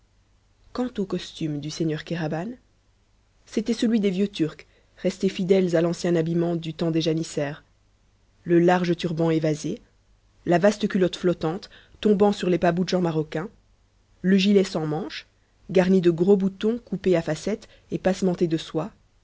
quant au costume du seigneur kéraban c'était celui des vieux turcs restés fidèles à l'ancien habillement du temps des janissaires le large turban évasé la vaste culotte flottante tombant sur les paboudj en maroquin le gilet sans manches garni de gros boutons coupés à facettes et passementé de soie